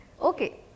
okay